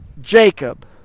Jacob